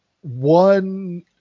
one